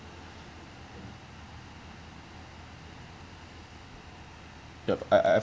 yup I I've